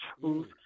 truth